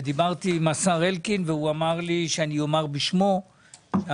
דיברתי עם השר אלקין והוא אמר לי שאני אומַר בשמו שההעברות